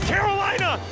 Carolina